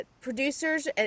producers